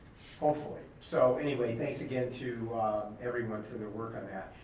hopefully, so anyway, thanks again to everyone for their work on that.